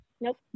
Nope